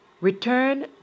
Return